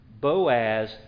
Boaz